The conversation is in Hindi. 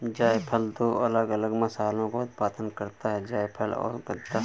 जायफल दो अलग अलग मसालों का उत्पादन करता है जायफल और गदा